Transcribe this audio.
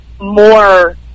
more